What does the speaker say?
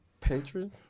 Patron